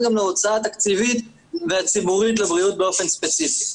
גם להוצאה התקציבית והציבורית לבריאות באופן ספציפי.